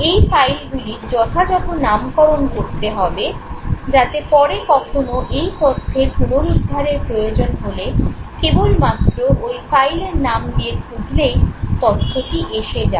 এই ফাইলগুলির যথাযথ নামকরণ করতে হবে যাতে পরে কখনো এই তথ্যের পুনরুদ্ধারের প্রয়োজন হলে কেবলমাত্র ঐ ফাইলের নাম দিয়ে খুঁজলেই তথ্যটি এসে যাবে